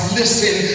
listen